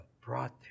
brought